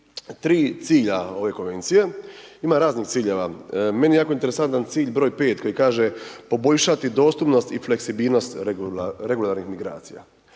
23 cilja ove Konvencije, ima raznih ciljeva. Meni je jako interesantan cilj br. 5 koji kaže poboljšati dostupnost i fleksibilnost regularnih migracija.